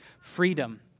freedom